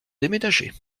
déménager